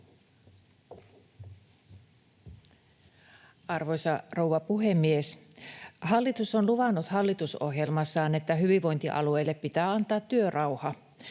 Arvoisa rouva puhemies! Hallitus on luvannut hallitusohjelmassaan, että hyvinvointialueille pitää antaa työrauha.